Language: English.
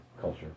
culture